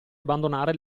abbandonare